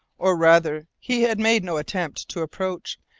or rather he had made no attempt to approach,